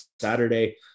Saturday